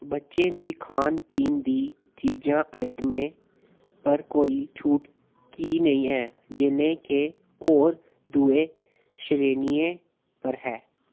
बच्चें दी खान पीन दी चीजां आइटमें पर कोई छूट की नेईं ऐ जियां के होर दुए श्रेणियें पर है